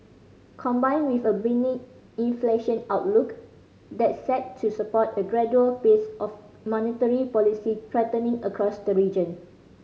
combined with a benign inflation outlook that's set to support a gradual pace of monetary policy tightening across the region